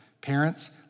Parents